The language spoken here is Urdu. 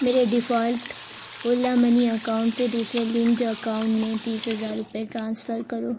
میرے ڈیفالٹ اولا منی اکاؤنٹ سے دوسرے لنکڈ اکاؤنٹ میں تیس ہزار روپے ٹرانسفر کرو